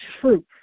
truth